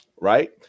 right